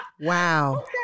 Wow